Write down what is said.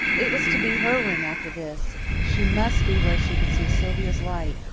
it was to be her room after this she must be where she could see sylvia's light,